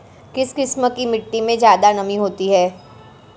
किस किस्म की मिटटी में ज़्यादा नमी होती है?